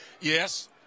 Yes